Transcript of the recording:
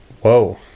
Whoa